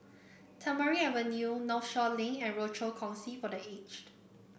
Tamarind Avenue Northshore Link and Rochor Kongsi for The Aged